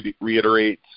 reiterates